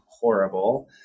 horrible